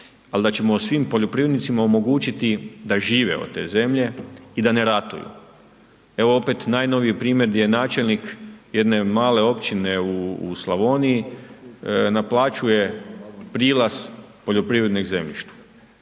ali da ćemo svim poljoprivrednicima omogućiti da žive od te zemlje i da ne ratuju. Evo opet najnoviji primjer di je načelnik jedne male općine u Slavoniji naplaćuje prilaz poljoprivrednog zemljišta.